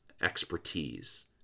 expertise